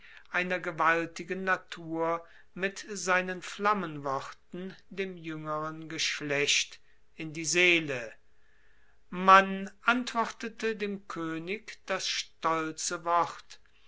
einer gewaltigen natur mit seinen flammenworten dem juengeren geschlecht in die seele man antwortete dem koenig das stolze wort